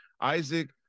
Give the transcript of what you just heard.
Isaac